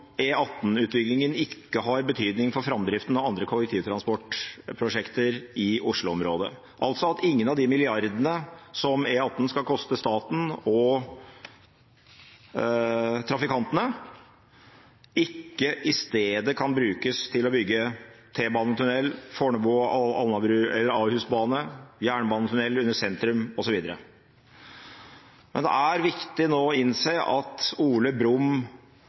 om E18-utbyggingen ikke har betydning for framdriften av andre kollektivtransportprosjekter i Oslo-området, altså at ingen av de milliardene som E18 skal koste staten og trafikantene, i stedet kan brukes til å bygge T-banetunnel, Fornebubanen, Ahusbanen, jernbanetunnel under sentrum osv. Det er viktig nå å innse at